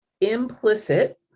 implicit